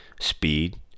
speed